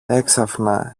έξαφνα